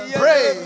pray